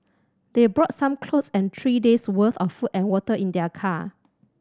they brought some clothes and three days' worth of food and water in their car